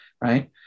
right